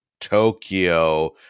Tokyo